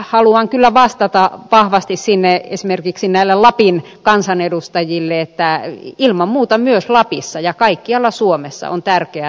nyt haluan kyllä vastata vahvasti sinne esimerkiksi lapin kansanedustajille että ilman muuta myös lapissa ja kaikkialla suomessa on tärkeää että poliisipalvelut turvataan